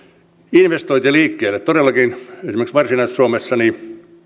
investointeja liikkeelle todellakin esimerkiksi varsinais suomessa